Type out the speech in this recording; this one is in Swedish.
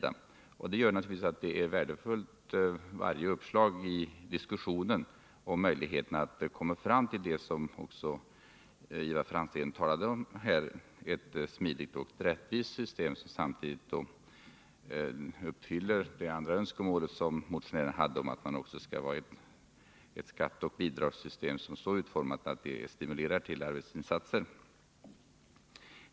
Allt detta gör att varje uppslag i diskussionen som man kan komma fram till syftande till att, som Ivar Franzén talade om, finna ett smidigt och rättvist system är värdefullt. Ett sådant skall samtidigt uppfylla motionärernas andra önskemål, att skatteoch bidragssystemet skall vara så utformat att det stimulerar till arbetsinsatser.